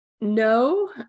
no